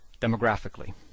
demographically